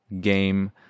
game